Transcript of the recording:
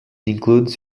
includes